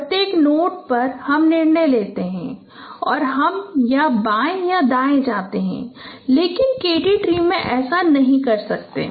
प्रत्येक नोट पर हम निर्णय लेते हैं और हम या तो बाएं या दाएं जाते हैं लेकिन K D ट्री में हम ऐसा नहीं कर सकते